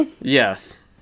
yes